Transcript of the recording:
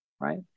right